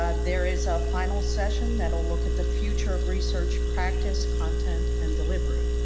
ah there is a final session that'll look at the future of research practice, content, and delivery.